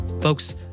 Folks